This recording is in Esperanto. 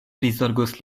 prizorgos